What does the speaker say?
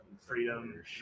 Freedom